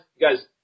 guys